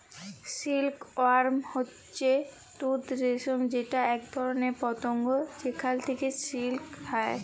silk worm হচ্যে তুত রেশম যেটা এক ধরণের পতঙ্গ যেখাল থেক্যে সিল্ক হ্যয়